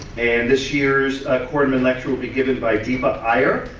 and this year's ah korman lecture will be give by deepa iyer,